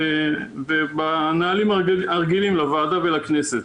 ובנהלים הרגילים לוועדה ולכנסת.